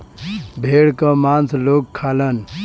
भेड़ क मांस लोग खालन